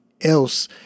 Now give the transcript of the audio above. else